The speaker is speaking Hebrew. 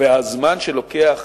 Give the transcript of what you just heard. והזמן שלוקח